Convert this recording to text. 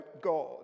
God